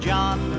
John